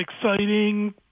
exciting